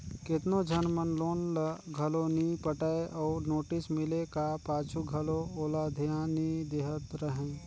केतनो झन मन लोन ल घलो नी पटाय अउ नोटिस मिले का पाछू घलो ओला धियान नी देहत रहें